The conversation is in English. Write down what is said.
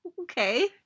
Okay